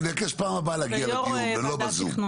ואני מבקש בפעם הבאה להגיע לדיון ולא בזום.